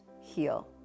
heal